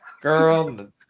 Girl